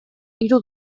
hiru